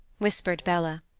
whispered bella.